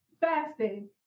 fasting